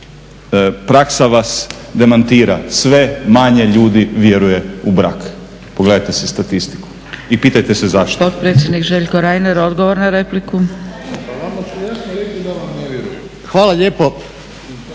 praksa vas demantira, sve manje ljudi vjeruje u brak, pogledate si statistiku i pitajte se zašto.